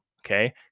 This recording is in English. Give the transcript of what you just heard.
Okay